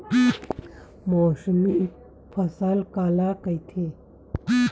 मौसमी फसल काला कइथे?